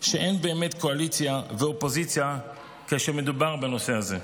שאין באמת קואליציה ואופוזיציה כשמדובר בנושא הזה.